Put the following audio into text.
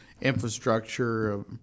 infrastructure